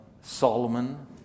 Solomon